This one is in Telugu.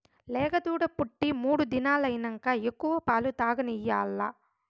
లేగదూడ పుట్టి మూడు దినాలైనంక ఎక్కువ పాలు తాగనియాల్ల